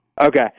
Okay